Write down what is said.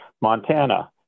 Montana